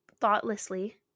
thoughtlessly